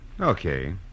Okay